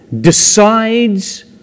decides